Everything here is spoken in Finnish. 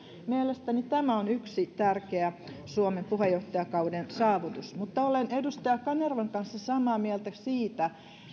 mielestäni tämä on yksi tärkeä suomen puheenjohtajakauden saavutus mutta olen edustaja kanervan kanssa samaa mieltä siitä